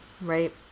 right